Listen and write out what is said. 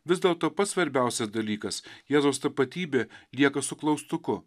vis dėlto pats svarbiausias dalykas jėzaus tapatybė lieka su klaustuku